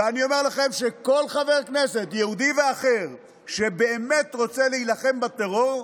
ואני אומר לכם שכל חבר כנסת יהודי ואחר שבאמת רוצה להילחם בטרור,